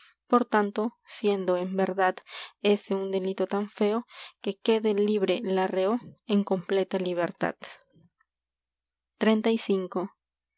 por tanto ese un siendo tan en verdad delito feo que en quede libre la reo completa libertad